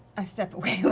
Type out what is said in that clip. i step away